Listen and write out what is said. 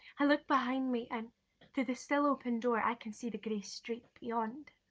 i look behind me and through the still open door i can see the gray street beyond.